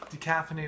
decaffeinated